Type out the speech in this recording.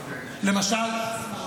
למשל.